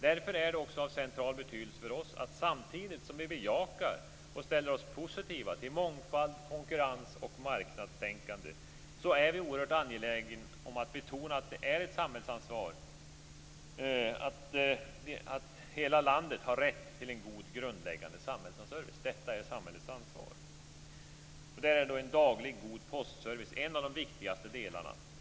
Därför är det av central betydelse för oss att samtidigt som vi bejakar och ställer oss positiva till mångfald, konkurrens och marknadstänkande betona hela landets rätt till en god grundläggande samhällsservice. Det är samhällets ansvar. Och där är en daglig god postservice en av de viktigaste delarna.